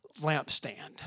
lampstand